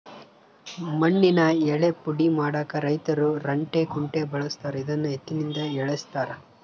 ಮಣ್ಣಿನ ಯಳ್ಳೇ ಪುಡಿ ಮಾಡಾಕ ರೈತರು ರಂಟೆ ಕುಂಟೆ ಬಳಸ್ತಾರ ಇದನ್ನು ಎತ್ತಿನಿಂದ ಎಳೆಸ್ತಾರೆ